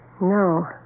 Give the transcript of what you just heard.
No